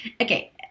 Okay